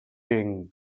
king